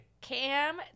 Cam